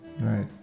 right